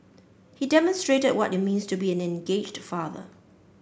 he demonstrated what it means to be an engaged father